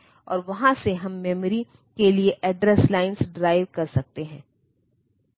और वहाँ से हम मेमोरी के लिए एड्रेस लाइन्स ड्राइव कर सकते हैं